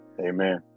Amen